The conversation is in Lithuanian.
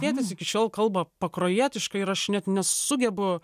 tėtis iki šiol kalba pakruojietiškai ir aš net nesugebu